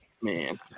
man